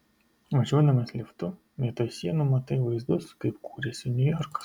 važiuodamas liftu vietoj sienų matai vaizdus kaip kūrėsi niujorkas